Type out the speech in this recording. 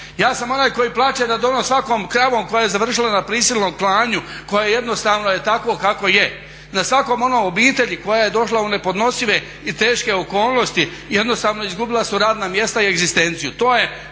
Ja sam onaj koji plaće nad onom svakom kravom koja je završila na prisilnom klanju, koja jednostavno je tako kako je, nad svakom onom obitelji koja je došla u nepodnosive i teške okolnosti, jednostavno izgubila su radna mjesta i egzistenciju.